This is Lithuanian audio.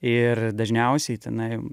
ir dažniausiai tenai